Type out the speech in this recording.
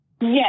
Yes